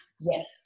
Yes